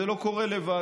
זה לא קורה לבד,